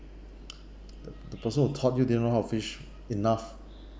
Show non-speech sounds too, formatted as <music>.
<noise> the the person who taught you didn't know how to fish enough